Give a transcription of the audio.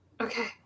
Okay